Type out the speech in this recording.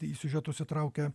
į siužetus įtraukia